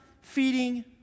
feeding